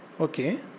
Okay